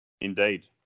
Indeed